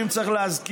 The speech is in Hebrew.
אם צריך להזכיר,